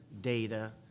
data